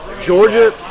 Georgia